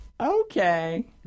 okay